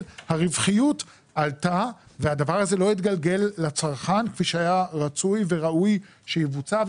הרווחיות עלתה והדבר הזה לא התגלגל לצרכן כפי שהיה רצוי וראוי שיבוצע.